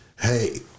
Hey